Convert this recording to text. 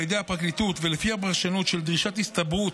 ידי הפרקליטות ולפי הפרשנות של דרישת הסתברות,